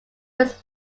was